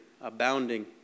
abounding